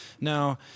Now